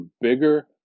bigger